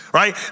right